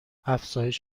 افزایش